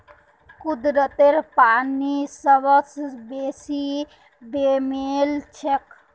कुदरतत पानी सबस बेसी बेमेल छेक